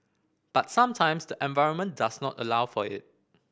but sometimes the environment does not allow for it